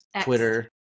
Twitter